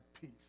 peace